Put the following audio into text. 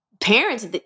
parents